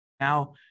now